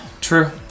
true